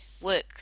work